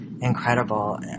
incredible